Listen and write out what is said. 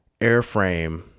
airframe